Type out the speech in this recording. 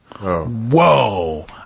whoa